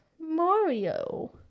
Mario